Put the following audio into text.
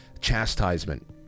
chastisement